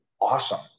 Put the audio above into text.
awesome